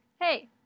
Hey